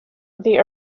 the